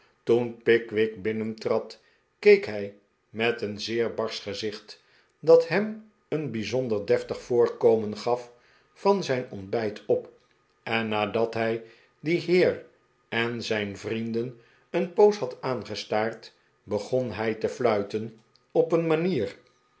toen pickwick binnentrad keek hij met een zeer barsch gezicht dat hem een bijzonder deftig voorkomen gaf van zijn ontbijt op en nadat hij dien heer en zijn vrienden een poos had aangestaard begon hij te fluiten op een manier